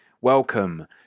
Welcome